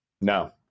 No